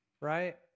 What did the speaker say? right